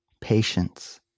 patience